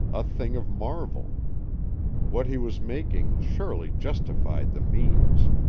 a thing of marvel what he was making surely justified the means.